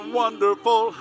wonderful